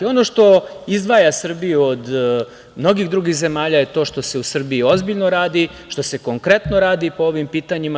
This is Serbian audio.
Ono što izdvaja Srbiju od mnogih drugih zemalja je to što se u Srbiji ozbiljno radi, što se konkretno radi po ovim pitanjima.